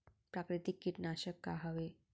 प्राकृतिक कीटनाशक का हवे?